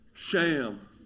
Sham